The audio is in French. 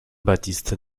baptiste